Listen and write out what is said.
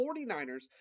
49ers